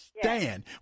stand